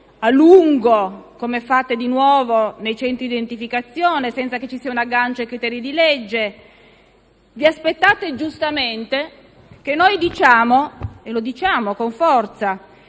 a lungo, come fate di nuovo, nei centri di identificazione, senza che ci sia un aggancio ai criteri di legge. Vi aspettate giustamente che noi diciamo - e lo diciamo con forza